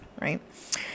Right